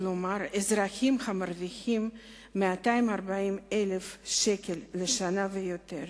כלומר לאזרחים המרוויחים 240,000 שקלים לשנה ויותר.